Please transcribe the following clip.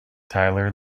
tyler